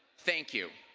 thank you.